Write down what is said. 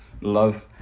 love